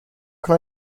can